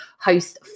host